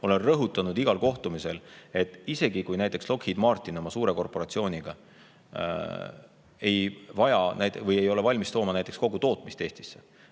Olen rõhutanud igal kohtumisel, et isegi kui näiteks Lockheed Martin, suur korporatsioon, ei ole valmis tooma kogu oma tootmist Eestisse,